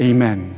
Amen